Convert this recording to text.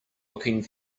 looking